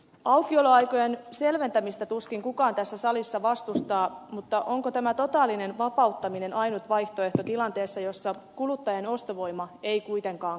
aukioloaikojen selventämistä tuskin kukaan tässä salissa vastustaa mutta onko tämä totaalinen vapauttaminen ainut vaihtoehto tilanteessa jossa kuluttajan ostovoima ei kuitenkaan kasva